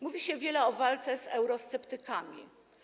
Mówi się wiele o walce z eurosceptykami.